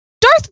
Darth